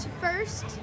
First